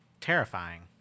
terrifying